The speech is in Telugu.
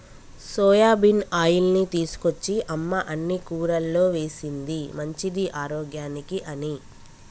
సోయాబీన్ ఆయిల్ని తీసుకొచ్చి అమ్మ అన్ని కూరల్లో వేశింది మంచిది ఆరోగ్యానికి అని